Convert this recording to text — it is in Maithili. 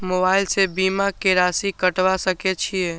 मोबाइल से बीमा के राशि कटवा सके छिऐ?